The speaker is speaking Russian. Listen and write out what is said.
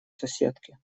соседке